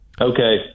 Okay